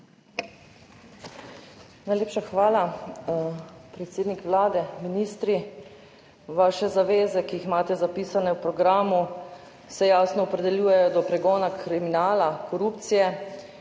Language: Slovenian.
Najlepša hvala. Predsednik Vlade, ministri! Vaše zaveze, ki jih imate zapisane v programu, se jasno opredeljujejo do pregona kriminala, korupcije.